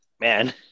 man